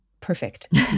perfect